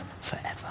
forever